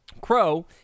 Crow